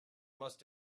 must